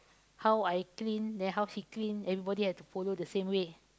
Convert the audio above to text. how I clean then how she clean everybody have to follow the same way